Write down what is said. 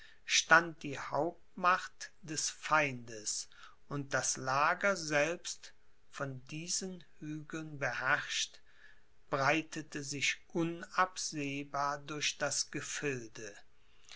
stand die hauptmacht des feindes und das lager selbst von diesen hügeln beherrscht breitete sich unabsehbar durch das gefilde